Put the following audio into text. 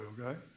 okay